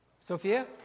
Sophia